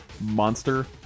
Monster